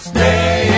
Stay